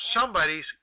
Somebody's